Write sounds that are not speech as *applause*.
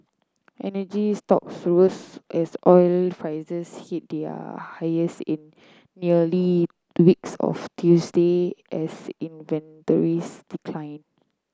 energy stock *unintelligible* as oil prices hit their highest in nearly two weeks of Tuesday as inventories declined